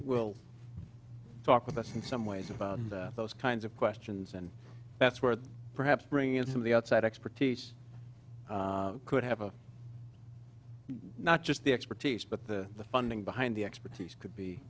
will talk with us in some ways about that those kinds of questions and that's where perhaps bring in some of the outside expertise could have a not just the expertise but the funding behind the expertise could be